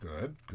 Good